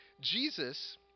Jesus